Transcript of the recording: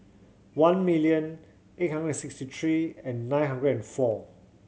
one million eight hundred sixty three and nine hundred and four